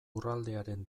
lurraldearen